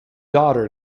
daughter